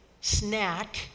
snack